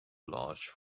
large